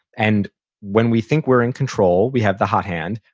and when we think we're in control, we have the hot hand,